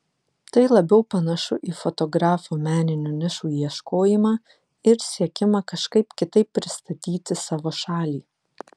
tai labiau panašu į fotografo meninių nišų ieškojimą ir siekimą kažkaip kitaip pristatyti savo šalį